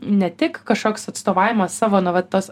ne tik kažkoks atstovavimas savo nu vat tas